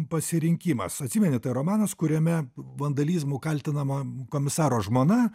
pasirinkimas atsimeni tai romanas kuriame vandalizmu kaltinama komisaro žmona